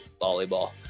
Volleyball